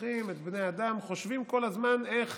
שוכחים את בני האדם, חושבים כל הזמן איך,